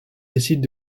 décident